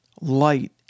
light